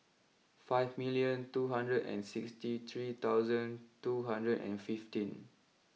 five million two hundred and sixty three thousand two hundred and fifteen